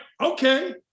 okay